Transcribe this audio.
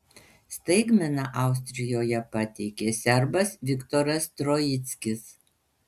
staigmeną austrijoje pateikė serbas viktoras troickis